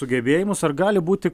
sugebėjimus ar gali būti